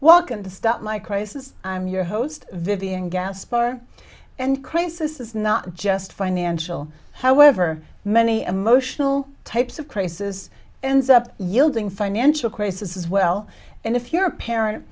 e to stop my crisis i'm your host vivian gaspar and crisis is not just financial however many a motional types of crisis ends up yielding financial crisis as well and if you're a parent